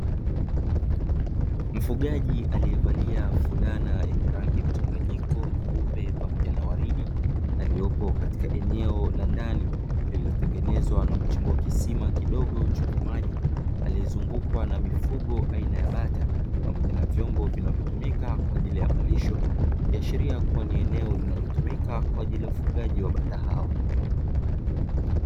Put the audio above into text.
Mfugaji aliyevalia fulana yenye rangi mchanganyiko nyeupe pamoja na waridi aliyepo katika eneo la ndani lililotengenezwa na kuchimbwa kisima kidogo chenye maji, aliyezungukwa na mifugo aina ya bata pamoja na vyombo vinavyotumika kwa ajili ya malisho; ikiashiria kuwa ni eneo linalotumika kwa ajili ya ufugaji wa bata hao.